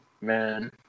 man